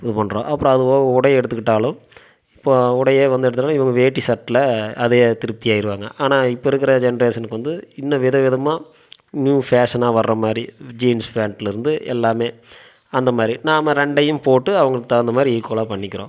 இது பண்ணுறோம் அப்புறம் அது போக உடைய எடுத்துக்கிட்டாலும் இப்போ உடையே வந்து எடுத்துக்கிட்டாலும் இவங்க வேட்டி சட்டையில் அதையே திருப்தி ஆகிருவாங்க ஆனால் இப்போ இருக்கிற ஜென்ட்ரேஷனுக்கு வந்து இன்னும் வித விதமாக நியூ பேஷனாக வர்ற மாதிரி ஜீன்ஸு பேண்டில் இருந்து எல்லாம் அந்த மாதிரி நாம் ரெண்டையும் போட்டு அவங்களுக்கு தகுந்த மாதிரி ஈக்வலாக பண்ணிக்கிறோம்